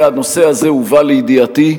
והנושא הזה הובא לידיעתי,